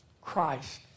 Christ